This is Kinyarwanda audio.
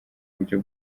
buryo